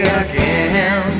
again